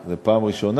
אה, זאת הפעם הראשונה?